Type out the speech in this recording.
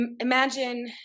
imagine